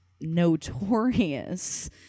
notorious